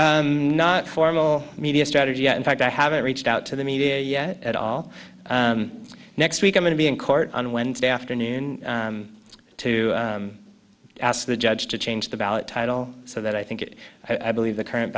the formal media strategy that in fact i haven't reached out to the media yet at all next week i'm going to be in court on wednesday afternoon to ask the judge to change the ballot title so that i think it i believe the current